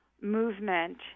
movement